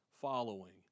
following